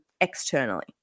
externally